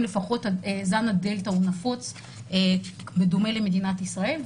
לפחות זן הדלתא נפוץ בדומה למדינת ישראל.